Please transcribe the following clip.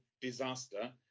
disaster